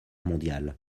mondiale